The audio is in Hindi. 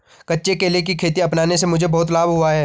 कच्चे केले की खेती अपनाने से मुझे बहुत लाभ हुआ है